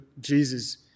Jesus